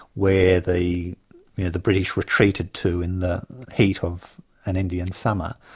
where the the british were treated to in the heat of an indian summer.